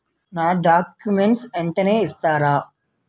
నా డాక్యుమెంట్స్ వెంటనే ఇస్తారా?